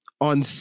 on